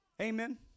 Amen